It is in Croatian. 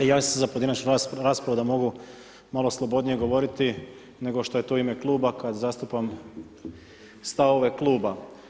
Javio sam se za pojedinačnu raspravu da mogu malo slobodnije govoriti nego što je to u ime kluba kad zastupam stavove kluba.